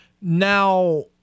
Now